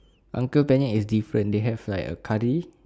uncle penyet is different they have like a curry